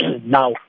Now